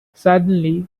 suddenly